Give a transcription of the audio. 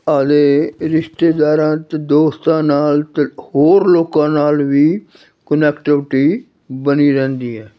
ਆਪਣੇ ਰਿਸ਼ਤੇਦਾਰਾਂ 'ਚ ਦੋਸਤਾਂ ਨਾਲ ਅਤੇ ਹੋਰ ਲੋਕਾਂ ਨਾਲ ਵੀ ਕਨੈਕਟਿਵਟੀ ਬਣੀ ਰਹਿੰਦੀ ਹੈ